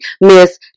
Miss